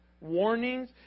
warnings